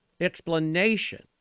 explanation